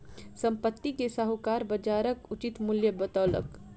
संपत्ति के साहूकार बजारक उचित मूल्य बतौलक